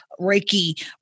Reiki